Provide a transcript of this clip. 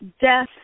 death